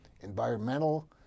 environmental